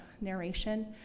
narration